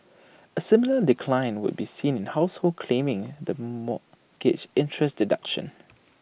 A similar decline would be seen in households claiming the mortgage interest deduction